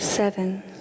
Seven